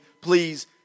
please